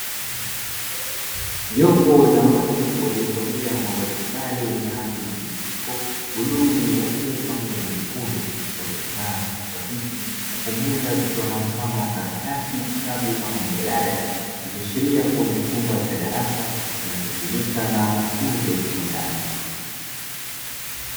Jopo la watu waliovalia mavazi sare yenye rangi mchanganyiko bluu, nyeupe, pamoja na nyekundu; waliokaa katika viti huku meza zikiwa na mfano wa karatasi, vitabu, ama majalada; vikiashiria kuwa ni chumba cha darasa kinachotumika na wanafunzi wa sekondari.